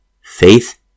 faith